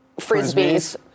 Frisbees